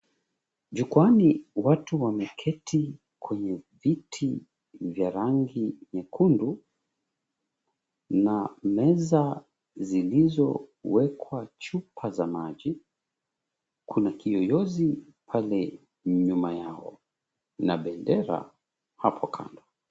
Jukwani watu wameketi kwenye viti vya rangi nyekundu na meza zilizowekwa chupa za maji, kuna kiyoyozi pale nyuma yao na bendera hapo kando.